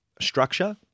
structure